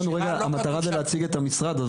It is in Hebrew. המטרה זה להציג את המשרד,